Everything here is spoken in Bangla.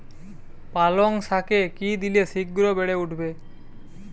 পালং শাকে কি দিলে শিঘ্র বেড়ে উঠবে?